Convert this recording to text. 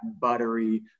buttery